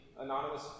anonymous